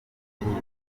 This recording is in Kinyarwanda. yatumye